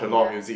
ya